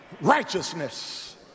righteousness